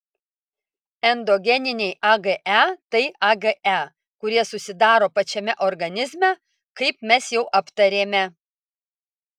endogeniniai age tai age kurie susidaro pačiame organizme kaip mes jau aptarėme